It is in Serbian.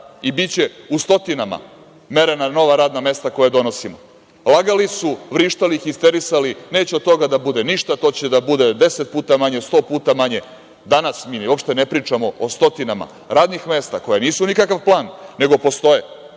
i biće u stotinama merena nova radna mesta koja donosimo, lagali su, vrištali, histerisali – neće od toga da bude ništa, to će da bude 10 puta manje, 100 puta manje. Danas mi uopšte ne pričamo o stotinama radnih mesta koja nisu nikakav plan, nego postoje.